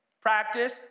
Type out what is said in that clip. Practice